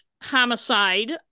homicide